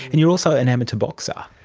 and you're also an amateur boxer.